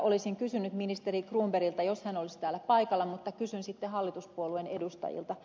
olisin kysynyt ministeri cronbergilta jos hän olisi paikalla mutta kysyn hallituspuolueiden edustajilta